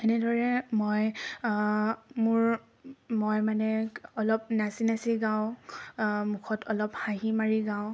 এনেদৰে মই মোৰ মই মানে অলপ নাচি নাচি গাওঁ মুখত অলপ হাঁহি মাৰি গাওঁ